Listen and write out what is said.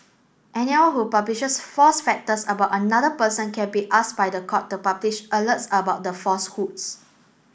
anyone who publishes false factors about another person can be asked by the court to publish alerts about the falsehoods